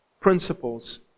principles